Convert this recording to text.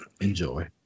Enjoy